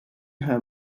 her